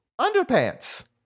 underpants